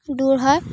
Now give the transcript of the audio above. দূৰ হয়